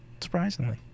surprisingly